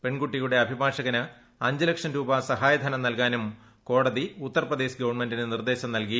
പെൺകുട്ടിയുടെ അഭിഭാഷകന് അഞ്ച്ലക്ഷം രൂപ സഹായധനം നൽകാനും കോടതി ഉത്തർപ്രദേശ് ഗവൺമെന്റിന് നിർദേശം നൽകി